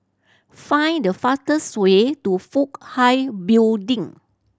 find the fastest way to Fook Hai Building